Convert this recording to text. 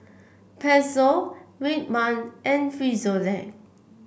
Pezzo Red Man and Frisolac